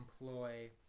employ